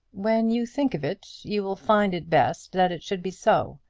when you think of it you will find it best that it should be so.